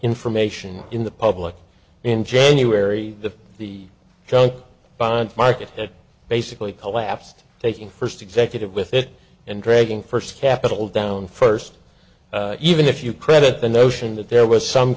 information in the public in january to the junk bond market that basically collapsed taking first executive with it and dragging first capital down first even if you credit the notion that there was some